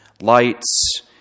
lights